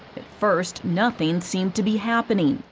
at first, nothing seemed to be happening.